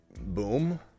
boom